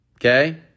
okay